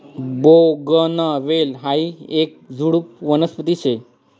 बोगनवेल हायी येक झुडुप वनस्पती शे